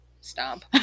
stomp